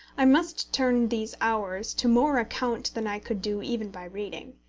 i must turn these hours to more account than i could do even by reading.